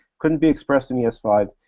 couldn't be expressed in e s five.